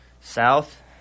South